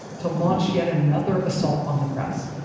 to launch yet another assault on the press,